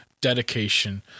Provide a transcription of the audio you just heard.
dedication